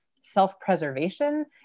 self-preservation